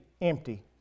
empty